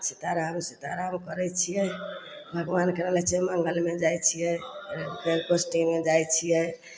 सीता राम सीता राम करय छियै भगवानके नाम लै छियै मंगलमे जाइ छियै अहाँके गोष्ठीमे जाइ छियै